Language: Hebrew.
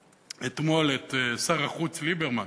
אתמול, את שר החוץ ליברמן